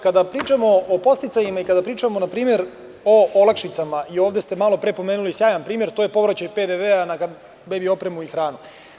Kada pričamo o podsticajima, kada pričamo na primer o olakšicama i ovde ste malopre pomenuli sjajan primer, to je povraćaj PDV-a na bebi opremu i hranu.